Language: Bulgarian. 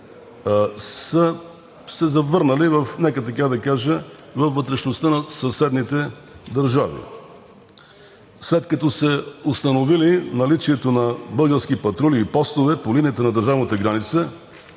кажа, във вътрешността на съседните държави, след като са установили наличието на български патрули и постове по линията на държавната граница